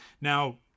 now